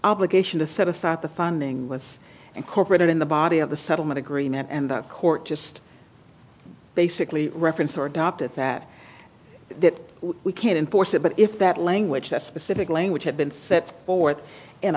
obligation to set aside the funding was incorporated in the body of the settlement agreement and the court just basically reference or adopted that that we can't enforce it but if that language that specific language had been set forth in